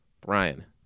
Brian